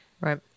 right